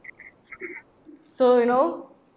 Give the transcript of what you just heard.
so you know